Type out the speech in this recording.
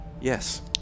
yes